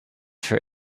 for